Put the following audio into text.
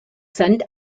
sand